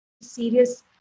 serious